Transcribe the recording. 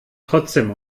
trotzdem